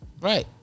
Right